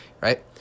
right